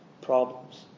problems